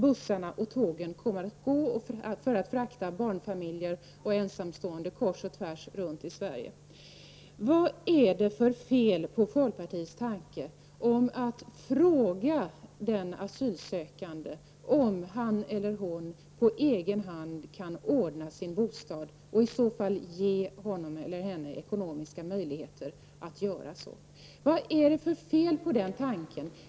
Bussar och tåg kommer att frakta barnfamiljer och ensamstående kors och tvärs runt om i Sverige. Vad är det för fel på folkpartiets tanke om att fråga den asylsökande om han eller hon på egen hand kan ordna sin bostad och i så fall ge honom eller henne ekonomiska möjligheter att göra så? Vad är det för fel på den tanken?